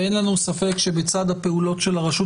אין לנו ספק שבצד הפעולות של הרשות